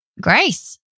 grace